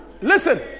Listen